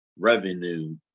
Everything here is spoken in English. revenue